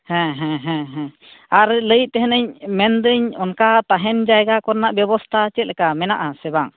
ᱦᱮᱸ ᱦᱮᱸ ᱦᱮᱸ ᱟᱨ ᱞᱟᱹᱭᱮᱫ ᱛᱟᱦᱮᱱᱟᱹᱧ ᱢᱮᱱᱮᱫᱟᱹᱧ ᱚᱱᱠᱟ ᱛᱟᱦᱮᱸ ᱡᱟᱭᱜᱟ ᱠᱚᱨᱮᱱᱟᱜ ᱵᱮᱵᱚᱥᱛᱷᱟ ᱪᱮᱫ ᱞᱮᱠᱟ ᱢᱮᱱᱟᱜᱼᱟ ᱥᱮ ᱵᱟᱝ